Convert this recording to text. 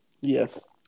Yes